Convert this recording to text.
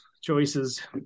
choices